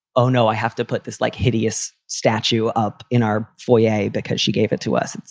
oh, no, i have to put this, like, hideous statue up in our foyer because she gave it to us.